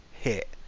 hit